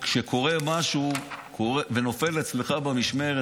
שכשקורה משהו ונופל אצלך במשמרת,